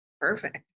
perfect